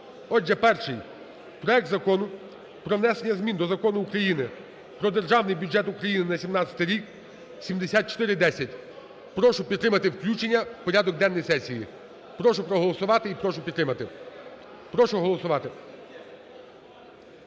Отже, перший – проект Закону про внесення змін до Закону України "Про Державний бюджет України на 2017 рік" (7410). Прошу підтримати включення в порядок денний сесії. Прошу проголосувати і прошу підтримати. Прошу голосувати.